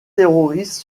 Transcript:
terroristes